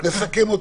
וסעיף.